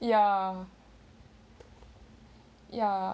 ya ya